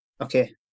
Okay